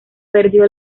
perdió